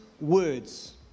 words